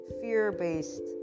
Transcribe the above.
fear-based